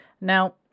Now